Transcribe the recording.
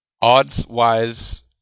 odds-wise